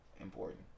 important